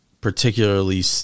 particularly